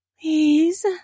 please